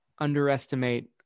underestimate